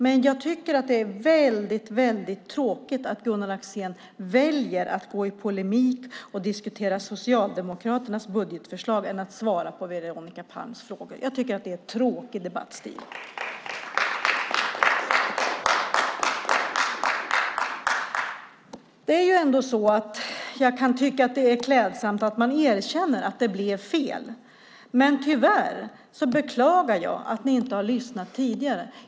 Men jag tycker att det är väldigt tråkigt att Gunnar Axén väljer att gå i polemik och diskutera Socialdemokraternas budgetförslag i stället för att svara på Veronica Palms frågor. Jag tycker att det är en tråkig debattstil. Jag kan tycka att det är klädsamt att man erkänner att det blev fel, men tyvärr beklagar jag att ni inte har lyssnat tidigare.